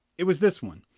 it was this one.